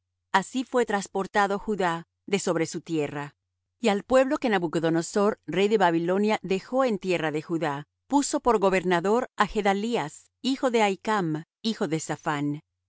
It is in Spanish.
así fué trasportado judá de sobre su tierra y al pueblo que nabucodonosor rey de babilonia dejó en tierra de judá puso por gobernador á gedalías hijo de ahicam hijo de